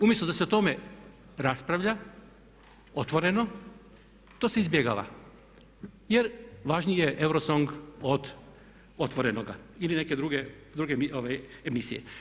Umjesto da se o tome raspravlja otvoreno, to se izbjegava, jer važniji je Eurosong od otvorenoga ili neke druge emisije.